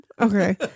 Okay